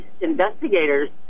investigators